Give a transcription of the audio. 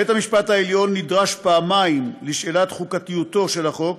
בית-המשפט העליון נדרש פעמיים לשאלת חוקתיותו של החוק.